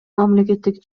мамлекеттик